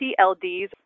TLDs